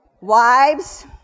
Wives